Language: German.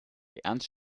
ernst